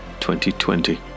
2020